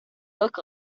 look